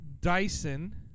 Dyson